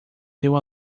deu